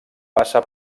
passa